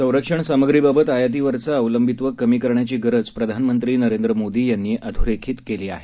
संरक्षणसामुग्रीबाबत आयातीवरचं अवलंबित्व कमी करण्याची गरज प्रधानमंत्री नरेंद्र मोदी यांनी अधोरेखित केली आहे